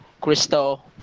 Crystal